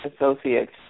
associates